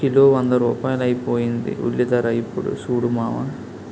kilo వంద రూపాయలైపోయింది ఉల్లిధర యిప్పుడు సూడు మావా